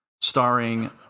starring